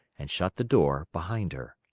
and shut the door behind her.